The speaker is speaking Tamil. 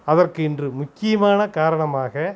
அதற்கு இன்று முக்கியமான காரணமாக